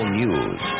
news